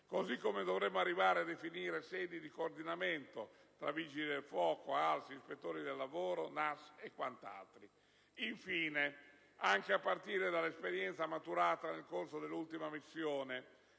modo, dovremmo arrivare a definire sedi di coordinamento tra vigili del fuoco, ASL, ispettori del lavoro, NAS e quant'altri. Infine - anche a partire dall'esperienza maturata nel corso dell'ultima missione